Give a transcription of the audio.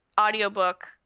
Audiobook